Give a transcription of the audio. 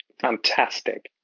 Fantastic